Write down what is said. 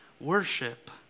worship